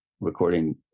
recording